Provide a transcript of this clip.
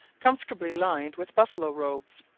comfortably lined with buffalo robes.